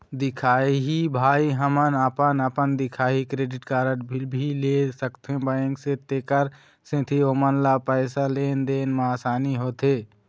दिखाही भाई हमन अपन अपन दिखाही क्रेडिट कारड भी ले सकाथे बैंक से तेकर सेंथी ओमन ला पैसा लेन देन मा आसानी होथे?